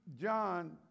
John